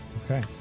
Okay